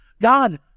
God